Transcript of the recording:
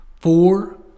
four